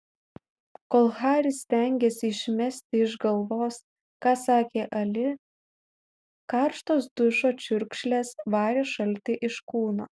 kol haris stengėsi išmesti iš galvos ką sakė ali karštos dušo čiurkšlės varė šaltį iš kūno